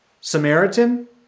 Samaritan